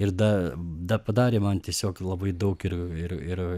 ir da da padarė man tiesiog labai daug ir ir ir